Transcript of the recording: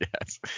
Yes